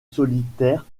solitaire